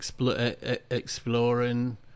exploring